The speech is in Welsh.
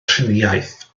triniaeth